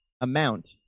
amount